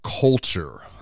culture